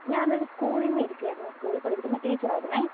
ഞാനൊരു സ്കൂളിൽ നിന്ന് വിളിക്കുവായിരുന്നു സ്കൂളിൽ പഠിപ്പിക്കുന്ന ടീച്ചറായിരുന്നു